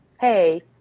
hey